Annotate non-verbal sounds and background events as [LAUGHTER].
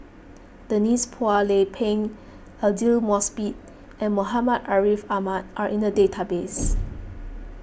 Denise Phua Lay Peng Aidli Mosbit and Muhammad Ariff Ahmad are in the database [NOISE]